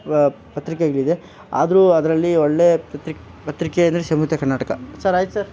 ವ ಪತ್ರಿಕೆಗಳಿದೆ ಆದರೂ ಅದರಲ್ಲಿ ಒಳ್ಳೆ ಪ್ರತ್ರಿಕ್ ಪತ್ರಿಕೆ ಅಂದರೆ ಸಂಯುಕ್ತ ಕರ್ನಾಟಕ ಸರ್ ಆಯ್ತು ಸರ್